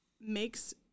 makes